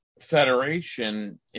federation